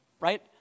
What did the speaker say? right